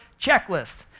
checklist